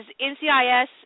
NCIS